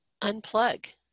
unplug